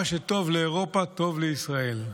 מה שטוב לאירופה טוב לישראל.